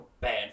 bad